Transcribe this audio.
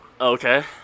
Okay